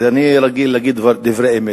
אני רגיל להגיד דברי אמת,